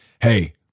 hey